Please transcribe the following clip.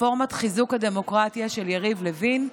רפורמת חיזוק הדמוקרטיה של יריב לוין,